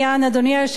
אדוני היושב-ראש,